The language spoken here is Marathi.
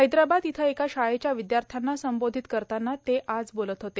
हैद्राबाद इथं एका शाळेच्या विद्याथ्यांना संबोधित करताना ते बोलत होते